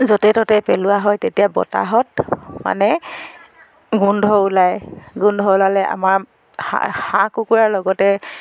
য'তে ত'তে পেলোৱা হয় তেতিয়া বতাহত মানে গোন্ধ ওলায় গোন্ধ ওলালে আমাৰ হাঁহ কুকুৰাৰ লগতে